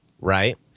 Right